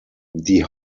die